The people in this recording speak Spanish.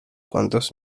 cuantos